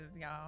y'all